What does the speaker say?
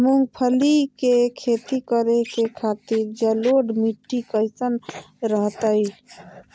मूंगफली के खेती करें के खातिर जलोढ़ मिट्टी कईसन रहतय?